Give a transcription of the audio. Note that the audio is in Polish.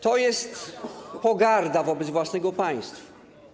To jest pogarda wobec własnego państwa.